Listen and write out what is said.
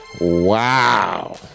Wow